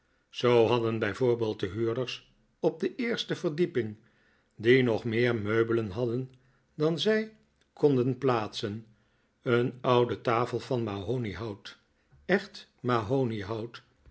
zoo hadden b v de huurders op de eerste verdieping die nog meer meubelen hadden dan zij konden plaatsen een oude tafel van mahoniehout echt mahoniehout